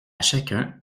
chacun